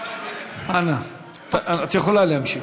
את יכולה להמשיך.